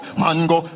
mango